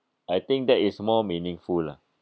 I think that is more meaningful lah